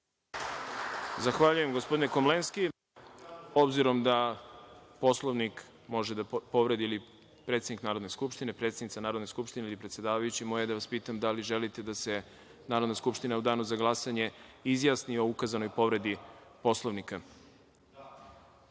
Zahvaljujem, gospodine Komlenski. Obzirom da Poslovnik može da povredi predsednik Narodne skupštine ili predsedavajući, moje je da vas pitam da li želite da se Narodna skupština u danu za glasanje izjasni o ukazanoj povredi poslovnika?